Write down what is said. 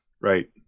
right